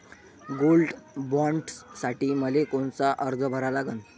Gold बॉण्डसाठी मले कोनचा अर्ज भरा लागन?